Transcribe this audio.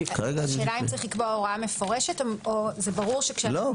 השאלה אם צריך לקבוע הוראה מפורשת או ברור שכשאומרים